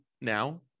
now